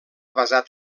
basat